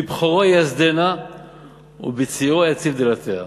בבכֹרו ייסדנה ובצעירו יציב דלתיה".